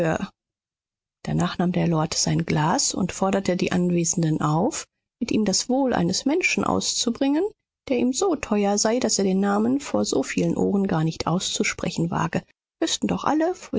danach nahm der lord sein glas und forderte die anwesenden auf mit ihm das wohl eines menschen auszubringen der ihm so teuer sei daß er den namen vor so vielen ohren gar nicht auszusprechen wage wüßten doch alle